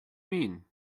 mean